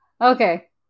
Okay